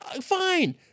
Fine